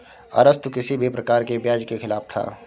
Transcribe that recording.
अरस्तु किसी भी प्रकार के ब्याज के खिलाफ था